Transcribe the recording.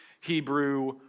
Hebrew